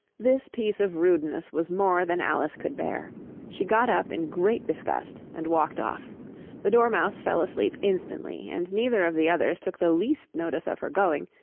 this piece of rudeness was more than alice could bear she got up in great disgust, and walked off the dormouse fell asleep instantly, and neither of the others took the least notice of her going,